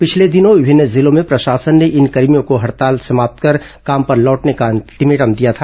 पिछले दिनों विभिन्न जिलों में प्रशासन ने इन कर्भियों को हड़ताल समाप्त कर काम पर लौटने का अल्टीमेटम भी दिया था